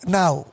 now